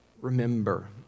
remember